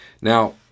Now